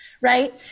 Right